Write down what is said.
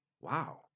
Wow